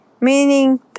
meaning